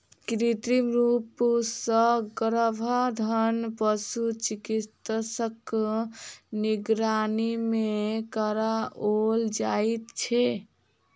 कृत्रिम रूप सॅ गर्भाधान पशु चिकित्सकक निगरानी मे कराओल जाइत छै